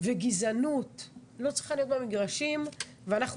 וגזענות לא צריכה להיות במגרשים ואנחנו